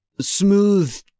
smooth